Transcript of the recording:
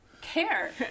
care